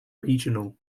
regional